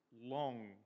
long